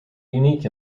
unique